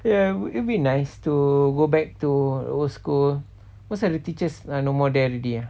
ya we'll it'll be nice to go back to old school most of the teachers are no more there already lah